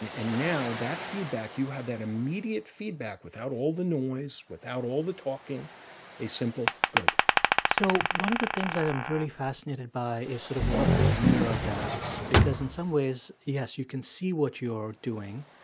and and now that feedback you have that immediate feedback without all the noise, without all the talking a simple good so one of the things i am really fascinated by is sort of what the mirror does. because in some ways, yes, you can see what you're doing,